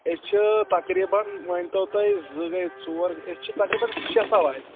أسۍ چھِ تقریٖبن مٲنۍ تو تُہۍ زٕ گٔیے ژور أسۍ چھِ تقریٖبن شےٚ سَوارِ